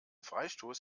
freistoß